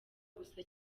gusa